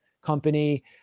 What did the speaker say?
company